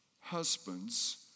husbands